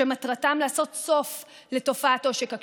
שמטרתם לעשות סוף לתופעת עושק הקשישים.